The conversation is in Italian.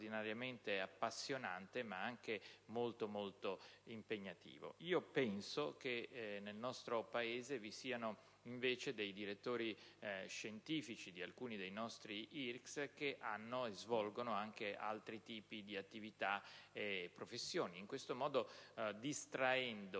appassionante, ma anche veramente molto impegnativo. Penso che nel nostro Paese vi siano invece dei direttori scientifici di alcuni dei nostri IRCCS che svolgono anche altri tipi di attività e professione, in questo modo distraendo